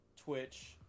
Twitch